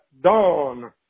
dawn